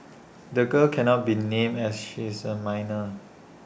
the girl cannot be named as she is A minor